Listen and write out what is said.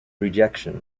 rejection